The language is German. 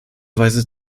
weise